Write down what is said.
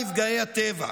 נפגעי הטבח.